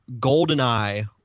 GoldenEye